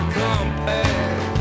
compare